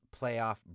playoff